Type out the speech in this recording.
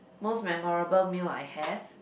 most memorable meal I have